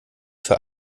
für